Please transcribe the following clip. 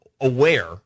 aware